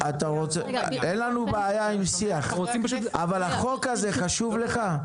אין לנו בעיה עם שיח אבל החוק הזה חשוב לך?